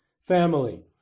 family